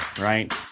right